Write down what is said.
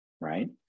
right